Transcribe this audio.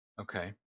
Okay